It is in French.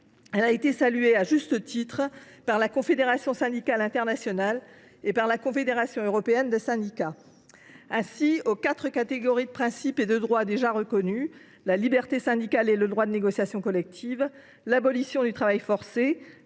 majeure, saluée à juste titre par la Confédération syndicale internationale et par la Confédération européenne des syndicats. Ainsi, aux quatre catégories de principes et de droits déjà reconnus – la liberté syndicale et le droit de négociation collective, l’abolition du travail forcé,